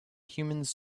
humans